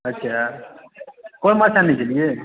अच्छा कोन माछ आने गेलियै